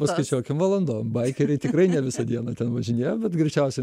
paskaičiuokim valandom baikeriai tikrai ne visą dieną ten važinėjo bet greičiausia